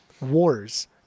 Wars